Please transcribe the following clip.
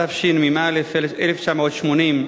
התשמ"א 1980,